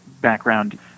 background